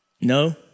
No